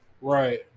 right